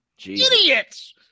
idiots